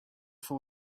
for